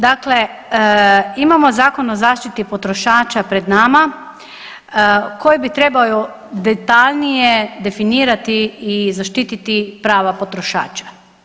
Dakle, imamo Zakon o zaštiti potrošača pred nama koji bi trebao detaljnije definirati i zaštititi prava potrošača.